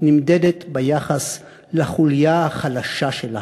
נמדדת ביחס לחוליה החלשה שלה.